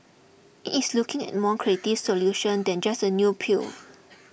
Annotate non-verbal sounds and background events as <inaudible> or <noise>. it's looking at a more creative solution than just a new pill <noise>